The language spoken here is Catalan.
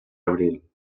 abril